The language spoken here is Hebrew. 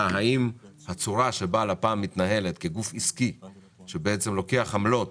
האם הצורה שבה לפ"מ מתנהלת כגוף עסקי שלוקח עמלות